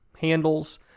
handles